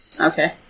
Okay